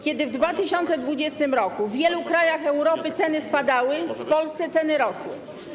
Kiedy w 2020 r. w wielu krajach Europy ceny spadały, w Polsce ceny rosły.